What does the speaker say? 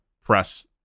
press